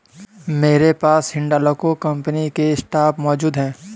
मेरे पास हिंडालको कंपनी के स्टॉक मौजूद है